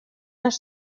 las